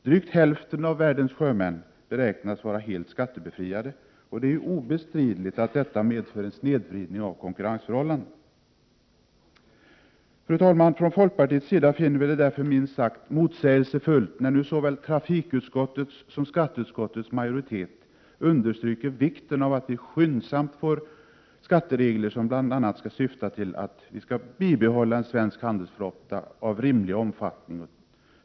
Drygt hälften av världens sjömän beräknas vara helt skattebefriade, och det är ju obestridligt att detta då medför en snedvridning av konkurrensförhållandena. Fru talman! Vi i folkpartiet finner det därför minst sagt motsägelsefullt när nu såväl trafikutskottets som skatteutskottets majoritet understryker vikten avatt vi skyndsamt får skatteregler som bl.a. syftar till att bibehålla en svensk handelsflotta av rimlig omfattning.